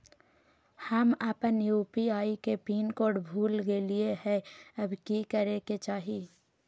हम अपन यू.पी.आई के पिन कोड भूल गेलिये हई, अब की करे के चाही?